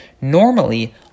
Normally